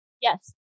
Yes